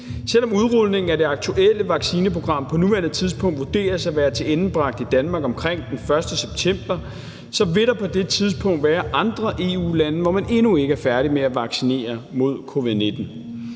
Selv om udrulningen af det aktuelle vaccineprogram på nuværende tidspunkt vurderes at være tilendebragt i Danmark omkring den 1. september, vil der på det tidspunkt være andre EU-lande, hvor man endnu ikke er færdig med at vaccinere mod covid-19,